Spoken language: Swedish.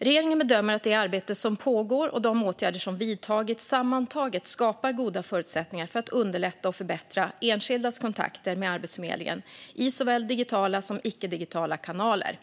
Regeringen bedömer att det arbete som pågår och de åtgärder som vidtagits sammantaget skapar goda förutsättningar för att underlätta och förbättra enskildas kontakter med Arbetsförmedlingen i såväl digitala som icke-digitala kanaler.